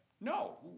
no